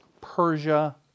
Persia